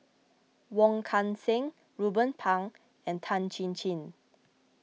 Wong Kan Seng Ruben Pang and Tan Chin Chin